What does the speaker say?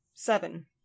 Seven